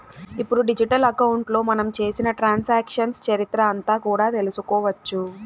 ఇప్పుడు డిజిటల్ అకౌంట్లో మనం చేసిన ట్రాన్సాక్షన్స్ చరిత్ర అంతా కూడా తెలుసుకోవచ్చు